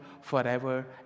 forever